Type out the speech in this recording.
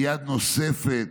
ביד נוספת,